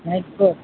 night पय